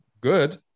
good